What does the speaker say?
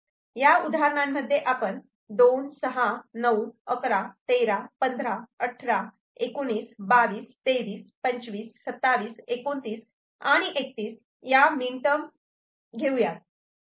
या उदाहरणांमध्ये आपण 2 6 9 11 13 15 18 19 22 23 25 27 29 and 31 या मिन टर्म घेऊ यात